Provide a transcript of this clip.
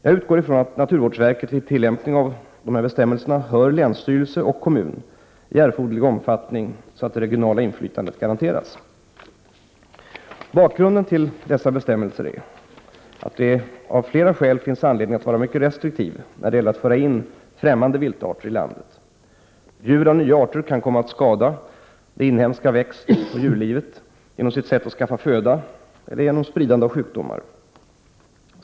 Jag utgår från att naturvårdsverket vid tillämpning av dessa bestämmelser hör länsstyrelse och kommun i erforderlig omfattning så att det regionala inflytandet garanteras. Bakgrunden till dessa bestämmelser är att det av flera skäl finns anledning att vara mycket restriktiv när det gäller att föra in främmande viltarter i landet. Djur av nya arter kan komma att skada det inhemska växtoch djurlivet genom sitt sätt att skaffa föda eller genom spridande av sjukdomar.